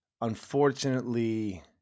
Unfortunately